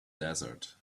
desert